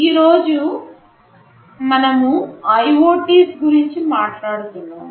ఈరోజు మనము IoTs గురించి మాట్లాడుతున్నాము